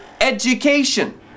education